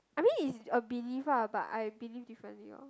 I mean it's a belief ah but I believe differently orh